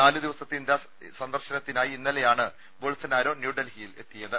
നാല് ദിവസത്തെ ഇന്ത്യാ സന്ദർശനത്തിനായി ഇന്നലെയാണ് ബോൾസനാരോ ന്യൂഡൽഹിയിൽ എത്തിയത്